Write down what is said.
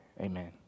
Amen